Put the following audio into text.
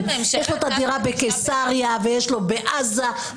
יש לו את הדירה בקיסריה ויש לו בעזה.